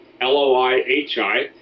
L-O-I-H-I